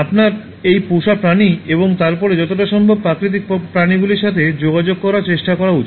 আপনার এই পোষা প্রাণী এবং তারপরে যতটা সম্ভব প্রাকৃতিক প্রাণীগুলির সাথে যোগাযোগ করার চেষ্টা করা উচিত